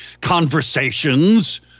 conversations